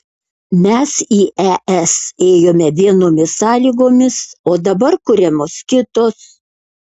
mes į es ėjome vienomis sąlygomis o dabar kuriamos kitos